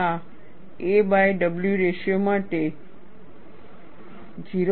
આ aw ratio માટે 0